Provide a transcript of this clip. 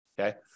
Okay